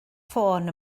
ffôn